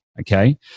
Okay